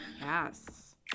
Yes